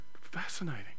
fascinating